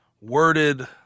worded